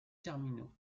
terminaux